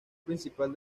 principal